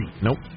Nope